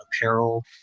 apparel